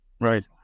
Right